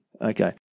Okay